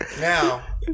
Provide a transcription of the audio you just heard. Now